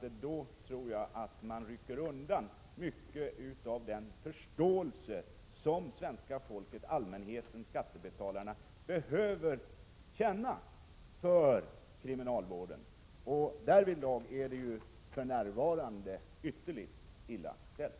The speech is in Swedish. Om man gör det, tror jag att man rycker undan mycket av den förståelse som svenska folket, allmänheten, skattebetalarna behöver känna för kriminalvården. Därvidlag är det ju för närvarande ytterligt illa ställt.